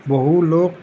বহু লোক